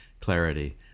clarity